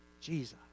Jesus